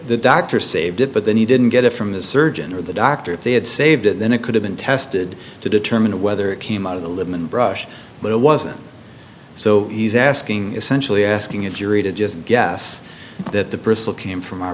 the doctor saved it but then he didn't get it from the surgeon or the doctor if they had saved it then it could have been tested to determine whether it came out of the limb and brush but it wasn't so he's asking essentially asking a jury to just guess that the personal came from our